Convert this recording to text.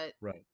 right